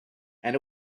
and